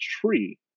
tree